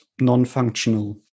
non-functional